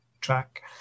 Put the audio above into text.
track